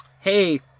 hey